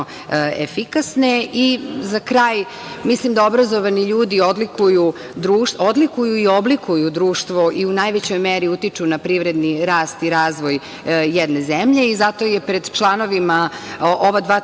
kraj, mislim da obrazovani ljudi odlikuju i oblikuju društvo i u najvećoj meri utiču na privredni rast i razvoj jedne zemlje. Zato je pred članovima ova dva tela,